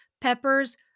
peppers